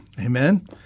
Amen